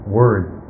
words